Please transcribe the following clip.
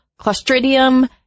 Clostridium